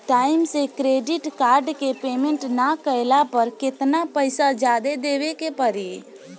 Time से credit card के payment ना कैला पर केतना पईसा जादे देवे के पड़ी?